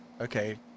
Okay